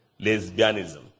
lesbianism